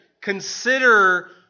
consider